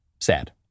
sad